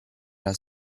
era